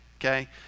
okay